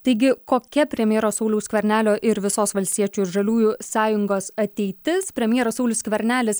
taigi kokia premjero sauliaus skvernelio ir visos valstiečių ir žaliųjų sąjungos ateitis premjeras saulius skvernelis